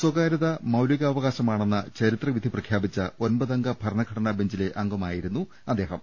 സ്ഥകാര്യത മൌലിക അവകാശമാണെന്ന ചരിത്ര വിധി പ്രഖ്യാ പിച്ച ഒമ്പതംഗ ഭരണഘടനാ ബഞ്ചിലെ അംഗമായിരുന്നു അദ്ദേഹം